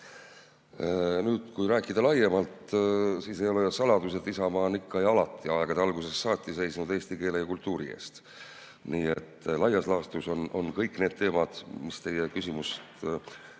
jah. Kui rääkida laiemalt, siis ei ole ju saladus, et Isamaa on ikka ja alati, aegade algusest saati seisnud eesti keele ja kultuuri eest. Nii et laias laastus on kõik need teemad, mis teie küsimust